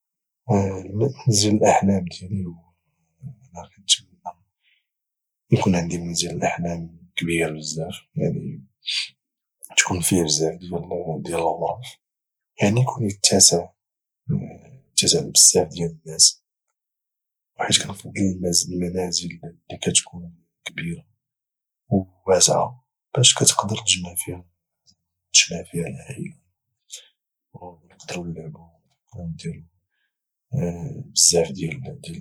منزل الاحلام ديالي هو وانا كانتمنى يكون عندي منزل الاحلام كبير بزاف يعني تكون في بزاف ديال الغرف يعني يكون يتسع بيعني يكون يتسع بزاف ديال الناس وحيت كنفضل المنازل اللي كتكون كبيرة وواسعة باش كتقدر تجمع فيها العائلة ونقدرو نلعبو ونضحكو ونديرو بزاف ديال الحوايج